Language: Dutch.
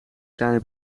kleine